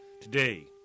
Today